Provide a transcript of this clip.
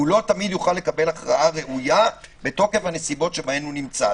הוא לא תמיד יוכל לקבל הכרעה ראויה בתוקף הנסיבות שבהן הוא נמצא.